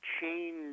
change